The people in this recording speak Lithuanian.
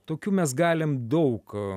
tokių mes galim daug